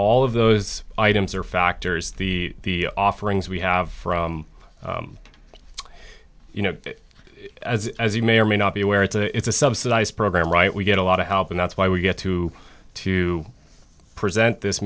all of those items are factors the the offerings we have from you know as as you may or may not be aware it's a it's a subsidized program right we get a lot of help and that's why we get to to present this